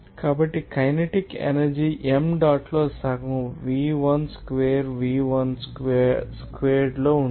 కాబట్టికైనెటిక్ energy m డాట్లో సగం v2 square - v1 స్క్వేర్డ్లో ఉంటుంది